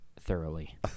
Thoroughly